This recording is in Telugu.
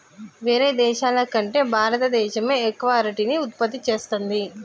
వేరే దేశాల కంటే భారత దేశమే ఎక్కువ అరటిని ఉత్పత్తి చేస్తంది